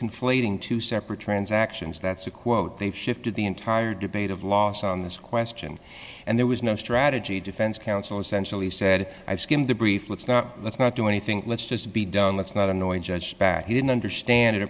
conflating two separate transactions that's a quote they've shifted the entire debate of laws on this question and there was no strategy defense counsel essentially said i've skimmed the brief let's not let's not do anything let's just be done let's not annoy judge back he didn't understand it